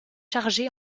chargés